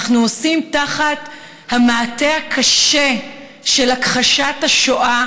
אנחנו עושים תחת המעטה הקשה של הכחשת השואה